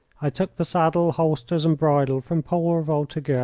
i took the saddle, holsters, and bridle from poor voltigeur,